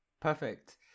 Perfect